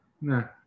No